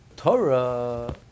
Torah